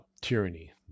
tyranny